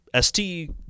ST